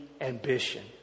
ambition